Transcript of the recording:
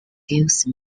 gives